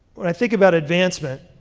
when i think about advancement,